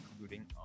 including